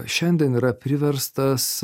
šiandien yra priverstas